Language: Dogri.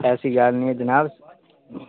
ऐसी गल्ल निं ऐ जनाब